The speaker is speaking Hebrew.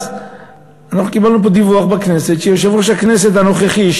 אנחנו קיבלנו פה בכנסת דיווח שיושב-ראש הכנסת הנוכחי,